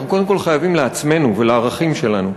אנחנו קודם כול חייבים לעצמנו ולערכים שלנו.